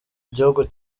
igihugu